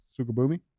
Sukabumi